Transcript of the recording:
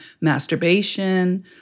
masturbation